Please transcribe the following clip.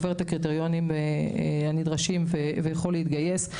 צריך לעבור את הקריטריונים הנדרשים ויכול להתגייס.